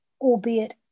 albeit